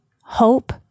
Hope